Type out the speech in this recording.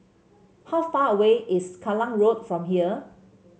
how far away is Kallang Road from here